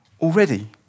already